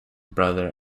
brother